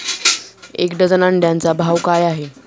एक डझन अंड्यांचा भाव काय आहे?